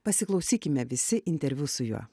pasiklausykime visi interviu su juo